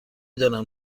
دانم